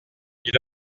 ils